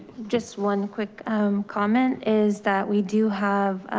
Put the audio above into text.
just one quick comment is that we do have,